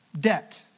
debt